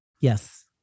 Yes